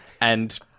And-